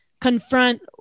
confront